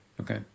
Okay